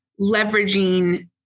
leveraging